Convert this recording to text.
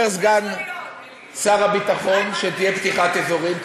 אומר סגן שר הביטחון שתהיה פתיחת אזורים,